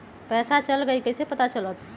पैसा चल गयी कैसे पता चलत?